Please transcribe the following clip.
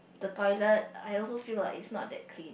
the toilet I also feel like it's not that clean